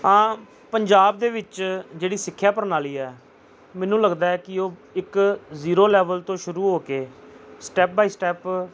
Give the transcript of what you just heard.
ਹਾਂ ਪੰਜਾਬ ਦੇ ਵਿੱਚ ਜਿਹੜੀ ਸਿੱਖਿਆ ਪ੍ਰਣਾਲੀ ਹੈ ਮੈਨੂੰ ਲੱਗਦਾ ਹੈ ਕਿ ਉਹ ਇੱਕ ਜ਼ੀਰੋ ਲੈਵਲ ਤੋਂ ਸ਼ੁਰੂ ਹੋ ਕੇ ਸਟੈਪ ਬਾਈ ਸਟੈਪ